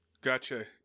Gotcha